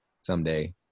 someday